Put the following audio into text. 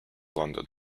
london